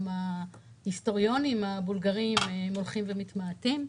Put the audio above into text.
גם ההיסטוריונים הבולגרים הולכים ומתמעטים.